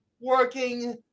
working